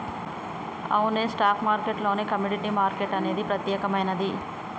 అవునే stock market లోనే commodity market అనేది ప్రత్యేకమైనది